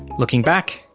looking back,